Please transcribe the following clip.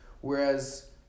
Whereas